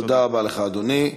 תודה רבה לך, אדוני.